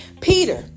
Peter